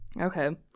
okay